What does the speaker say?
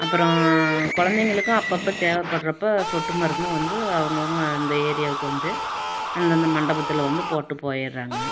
அப்புறோம் கொழந்தைங்களுக்கும் அப்பப்போ தேவைப்பட்றப்ப சொட்டு மருந்தும் வந்து அவங்கவுங்க அந்த ஏரியாவுக்கு வந்து அந்தந்த மண்டபத்தில் வந்து போட்டு போயிடறாங்க